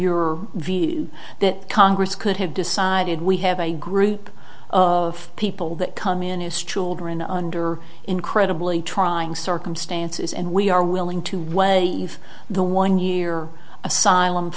your view that congress could have decided we have a group of people that come in his children under incredibly trying circumstances and we are willing to give the one year asylum